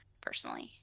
personally